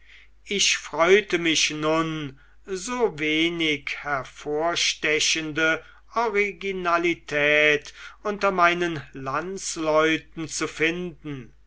ich freute mich nun so wenig hervorstechende originalität unter meinen landsleuten zu finden